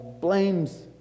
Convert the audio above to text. blames